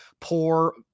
poor